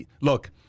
Look